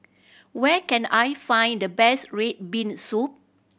where can I find the best red bean soup